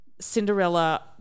Cinderella